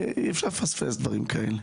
אי-אפשר לפספס דברים כאלה.